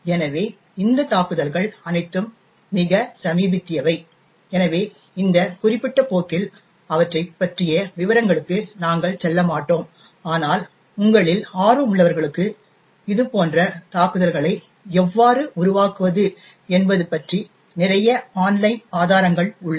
எனவே இந்த தாக்குதல்கள் அனைத்தும் மிகச் சமீபத்தியவை எனவே இந்த குறிப்பிட்ட போக்கில் அவற்றைப் பற்றிய விவரங்களுக்கு நாங்கள் செல்ல மாட்டோம் ஆனால் உங்களில் ஆர்வமுள்ளவர்களுக்கு இதுபோன்ற தாக்குதல்களை எவ்வாறு உருவாக்குவது என்பது பற்றி நிறைய ஆன்லைன் ஆதாரங்கள் உள்ளன